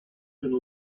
been